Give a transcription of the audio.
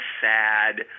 sad